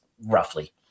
roughly